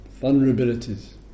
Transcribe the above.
vulnerabilities